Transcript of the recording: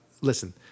listen